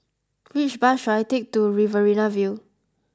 which bus should I take to Riverina View